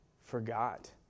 forgot